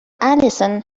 allison